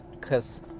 Cause